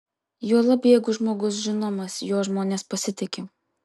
juolab jeigu žmogus žinomas juo žmonės pasitiki